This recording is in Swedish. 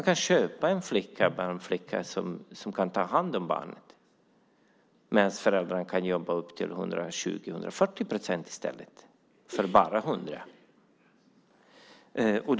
De kan köpa en barnflicka som kan ta hand om barnet medan föräldrarna kan jobba upp till 120-140 procent i stället för bara 100 procent.